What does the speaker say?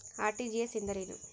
RTGS ಎಂದರೇನು?